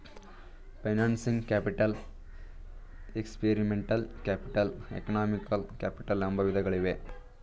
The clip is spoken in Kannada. financing capital, experimental capital, economical capital ಎಂಬ ವಿಧಗಳಿವೆ